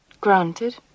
Granted